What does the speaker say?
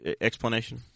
explanation